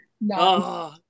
no